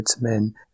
men